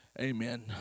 amen